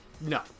No